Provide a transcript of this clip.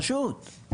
פשוט.